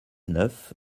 neuf